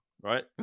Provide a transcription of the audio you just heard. right